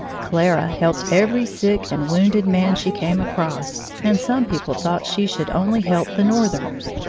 clara helped every sick and wounded man she came across, and some people thought she should only help the northerners.